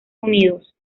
unidos